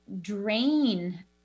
drain